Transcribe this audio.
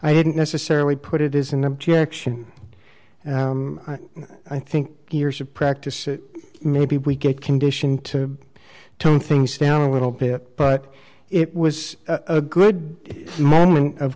i didn't necessarily put it is an objection i think years of practice maybe we get conditioned to tone things down a little bit but it was a good